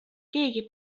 keegi